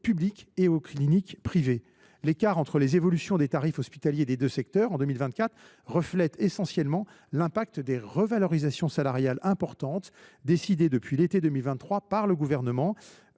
publics et aux cliniques privées. L’écart entre les évolutions des tarifs hospitaliers des deux secteurs en 2024 reflète essentiellement l’impact des revalorisations salariales importantes décidées depuis l’été 2023 par le Gouvernement.